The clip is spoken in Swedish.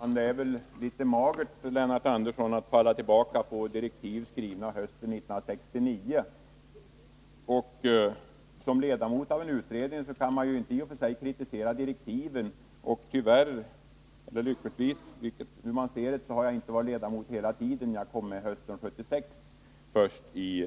Herr talman! Det är väl ändå litet magert, Lennart Andersson, att falla tillbaka på direktiv skrivna hösten 1969. Som ledamot av en utredning brukar man ju i och för sig inte kritisera direktiven. Och tyvärr eller lyckligtvis, beroende på hur man ser det, har jag inte varit ledamot hela tiden. Jag kom med i